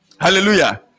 Hallelujah